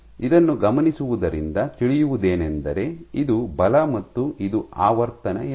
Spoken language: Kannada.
ಇದನ್ನು ಗಮನಿಸುವುದರಿಂದ ತಿಳಿಯುವುದೇನೆಂದರೆ ಇದು ಬಲ ಮತ್ತು ಇದು ಆವರ್ತನ ಎಂದು